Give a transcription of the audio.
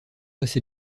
assez